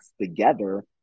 together